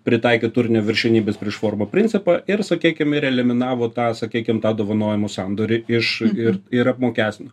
pritaikė turinio viršenybės prieš formą principą ir sakykim ir eliminavo tą sakykim tą dovanojimo sandorį iš ir ir apmokestino